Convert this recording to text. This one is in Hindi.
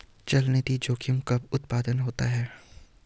चलनिधि जोखिम कब उत्पन्न होता है?